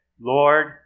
Lord